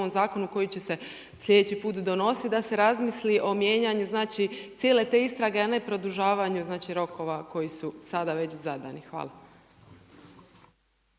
zakonu koji će se sljedeći put donositi da se razmisli o mijenjanju cijele te istrage, a ne produžavanju rokova koji su sada već zadani. Hvala.